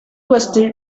was